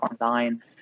online